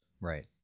Right